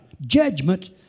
judgment